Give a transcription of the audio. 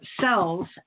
cells